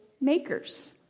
makers